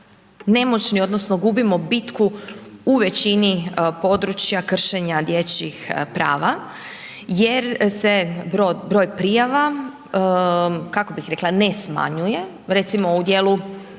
odnosno, gubimo bitku u većini područja, kršenja dječjih prava, jer se broj prijava, kako bi rekla, ne smanjuje. Recimo u dijelu